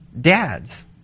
Dads